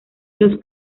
los